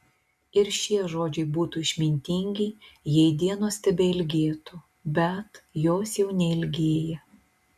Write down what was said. ir šie žodžiai būtų išmintingi jei dienos tebeilgėtų bet jos jau neilgėja